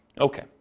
Okay